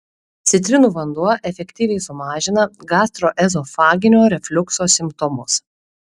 citrinų vanduo efektyviai sumažina gastroezofaginio refliukso simptomus